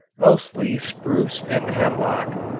mostly spruce and hemlock,